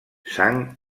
sang